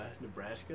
Nebraska